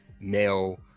male